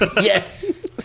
Yes